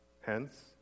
Hence